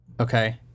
Okay